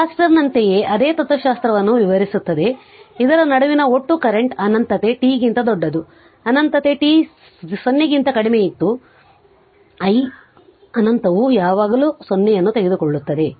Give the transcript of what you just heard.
ಕೆಪಾಸಿಟರ್ನಂತೆಯೇ ಅದೇ ತತ್ತ್ವಶಾಸ್ತ್ರವನ್ನು ವಿವರಿಸುತ್ತದೆ ಇದರ ನಡುವಿನ ಒಟ್ಟು ಕರೆಂಟ್ ಅನಂತತೆ t ಗಿಂತ ದೊಡ್ಡದು ಅನಂತತೆ t0 ಗಿಂತ ಕಡಿಮೆ ಮತ್ತು i ಅನಂತವು ಯಾವಾಗಲೂ 0 ಅನ್ನು ತೆಗೆದುಕೊಳ್ಳುತ್ತದೆ